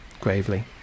gravely